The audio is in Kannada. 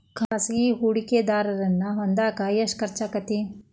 ಖಾಸಗಿ ಹೂಡಕೆದಾರನ್ನ ಹೊಂದಾಕ ಎಷ್ಟ ಖರ್ಚಾಗತ್ತ